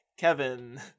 Kevin